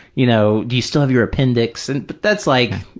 you know, do you still have your appendix, but that's like,